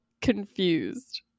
confused